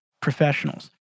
professionals